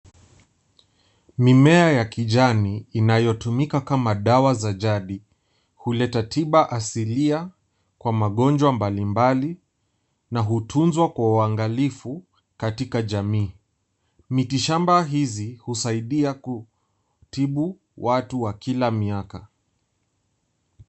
Mimea ya kijani inayotumika kama dawa za jadi huleta tiba asilia kwa magonjwa mbalimbali na hutunzwa kwa uangalifu katika jamii. Miti shamba hizi husaidia kutibu watu wa kila miaka.